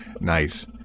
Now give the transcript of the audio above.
Nice